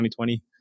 2020